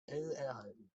erhalten